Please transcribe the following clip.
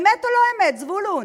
אמת או לא-אמת, זבולון?